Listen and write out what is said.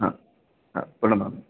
हा हा प्रणमामि